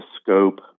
scope